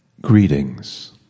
Greetings